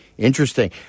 Interesting